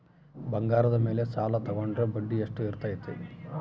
ಬಂಗಾರದ ಮೇಲೆ ಸಾಲ ತೋಗೊಂಡ್ರೆ ಬಡ್ಡಿ ಎಷ್ಟು ಇರ್ತೈತೆ?